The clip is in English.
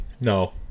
No